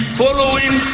following